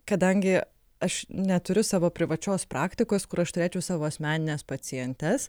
kadangi aš neturiu savo privačios praktikos kur aš turėčiau savo asmenines pacientes